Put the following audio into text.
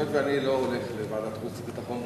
היות שאני לא הולך לוועדת החוץ והביטחון,